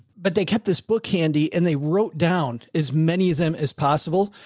but they kept this book handy and they wrote down as many of them as possible.